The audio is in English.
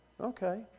Okay